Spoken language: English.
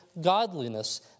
godliness